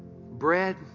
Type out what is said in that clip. bread